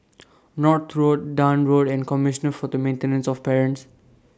North Road Dahan Road and Commissioner For The Maintenance of Parents